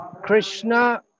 Krishna